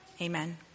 Amen